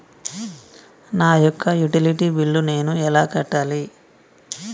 నా యొక్క utility bill నేను ఎలా కట్టాలి?